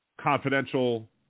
confidential